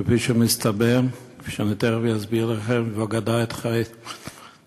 כפי שמסתבר, ואני תכף אסביר לכם, וגדעה את חייה.